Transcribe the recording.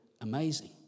amazing